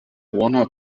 warner